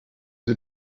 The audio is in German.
sie